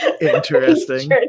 Interesting